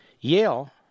Yale